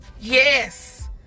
yes